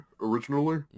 originally